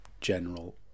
general